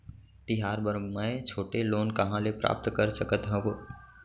तिहार बर मै छोटे लोन कहाँ ले प्राप्त कर सकत हव?